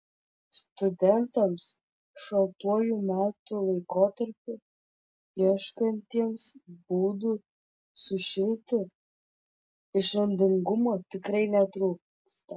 studentams šaltuoju metų laikotarpiu ieškantiems būdų sušilti išradingumo tikrai netrūksta